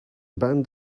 band